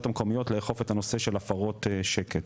המקומיות לאכוף את הנושא של הפרות שקט.